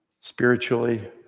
spiritually